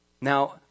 Now